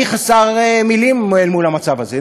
אני חסר מילים מול המצב הזה.